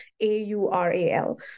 A-U-R-A-L